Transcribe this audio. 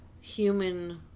human